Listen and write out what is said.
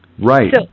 Right